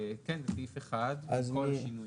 כן, זה סעיף אחד עם כל השינויים.